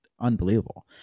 unbelievable